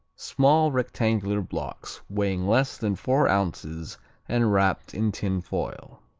small rectangular blocks weighing less than four ounces and wrapped in tin foil.